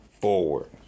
forward